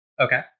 Okay